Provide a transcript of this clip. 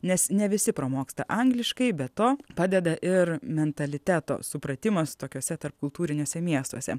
nes ne visi pramoksta angliškai be to padeda ir mentaliteto supratimas tokiuose tarpkultūriniuose miestuose